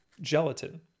gelatin